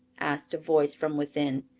asked a voice from within.